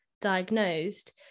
diagnosed